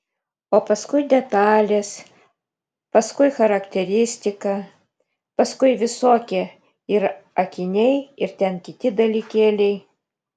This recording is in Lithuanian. o paskui detalės paskui charakteristika paskui visokie ir akiniai ir ten kiti dalykėliai